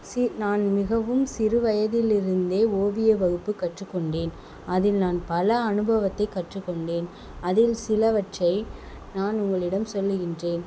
நான் மிகவும் சிறு வயதில் இருந்தே ஓவிய வகுப்பு கற்றுக்கொண்டேன் அதில் நான் பல அனுபவத்தை கற்றுக்கொண்டேன் அதில் சிலவற்றை நான் உங்களிடம் சொல்கின்றேன்